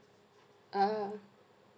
ah